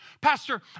Pastor